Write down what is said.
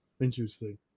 interesting